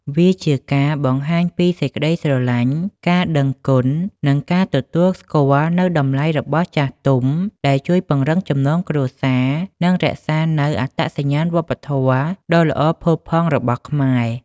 វាជាការបង្ហាញពីសេចក្តីស្រលាញ់ ការដឹងគុណ និងការទទួលស្គាល់នូវតម្លៃរបស់ចាស់ទុំ ដែលជួយពង្រឹងចំណងគ្រួសារ និងរក្សានូវអត្តសញ្ញាណវប្បធម៌ដ៏ល្អផូរផង់របស់ខ្មែរ។